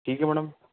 ठीक है मैडम